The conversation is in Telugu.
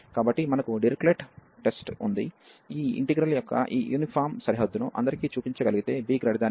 కాబట్టి మనకు డిరిచ్లెట్ పరీక్ష ఉంది ఇది ఈ ఇంటిగ్రల్ యొక్క ఈ యూనిఫామ్ సరిహద్దును అందరికీ చూపించగలిగితే b a